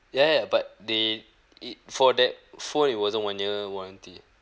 ya ya but they it for that phone it wasn't one year warranty